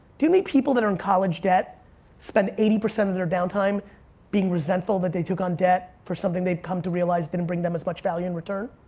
any people that are in college debt spend eighty percent of their downtime being resentful that they took on debt for something they'd come to realize didn't bring them as much value in return?